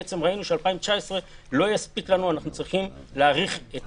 בעצם ראינו ש-2019 לא תספיק לנו ואנחנו צריכים להאריך את